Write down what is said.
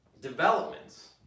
developments